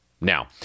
Now